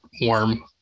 warm